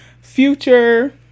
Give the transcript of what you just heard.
future